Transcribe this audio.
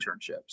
internships